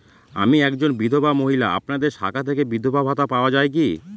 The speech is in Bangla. আমি একজন বিধবা মহিলা আপনাদের শাখা থেকে বিধবা ভাতা পাওয়া যায় কি?